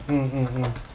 mm mm mm